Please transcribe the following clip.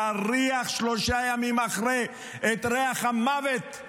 להריח שלושה ימים אחרי את ריח המוות.